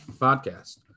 podcast